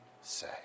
say